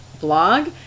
blog